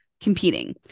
competing –